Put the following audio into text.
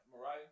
Mariah